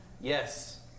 Yes